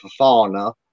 Fafana